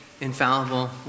infallible